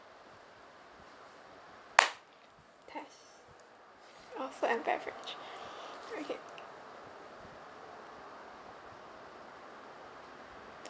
test orh food and beverage okay